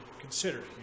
considered